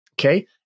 okay